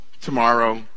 tomorrow